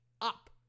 up